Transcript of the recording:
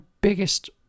biggest